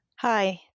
Hi